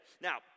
Now